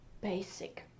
Basic